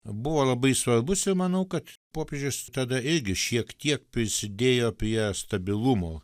buvo labai svarbus ir manau kad popiežius tada irgi šiek tiek prisidėjo prie stabilumo